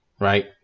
Right